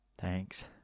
Thanks